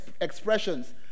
expressions